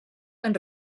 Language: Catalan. ben